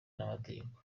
n’amategeko